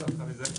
הישיבה נעולה.